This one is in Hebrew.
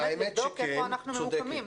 לבדוק באמת איפה אנחנו ממוקמים.